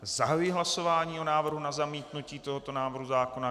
Zahajuji hlasování o návrhu na zamítnutí tohoto návrhu zákona.